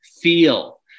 feel